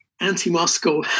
anti-Moscow